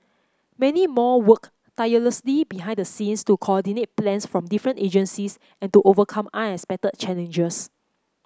many more worked tirelessly behind the scenes to coordinate plans from different agencies and to overcome unexpected challenges